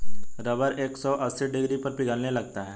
rubber एक सौ अस्सी डिग्री पर पिघलने लगता है